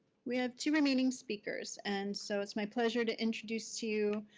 we have two remaining speakers, and so it's my pleasure to introduce to you